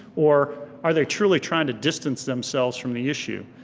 or are they truly trying to distance themselves from the issue?